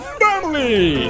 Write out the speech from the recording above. family